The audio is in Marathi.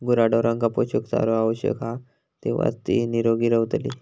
गुराढोरांका पोषक चारो आवश्यक हा तेव्हाच ती निरोगी रवतली